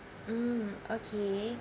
mm okay